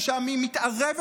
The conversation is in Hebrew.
ששם היא מתערבת,